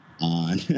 on